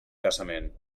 casament